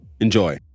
Enjoy